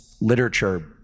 literature